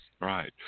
Right